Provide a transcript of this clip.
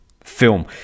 film